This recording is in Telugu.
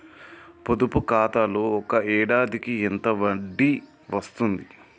పొదుపు ఖాతాలో ఒక ఏడాదికి ఎంత వడ్డీ వస్తది?